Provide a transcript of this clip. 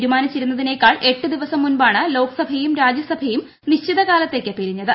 തീരുമാനിച്ചിരുന്നതിനേക്കാൾ എട്ട് ദിവസം മുമ്പാണ് ലോക്സഭയും രാജ്യസഭയും അനിശ്ചിതകാലത്തേക്ക് പിരിഞ്ഞത്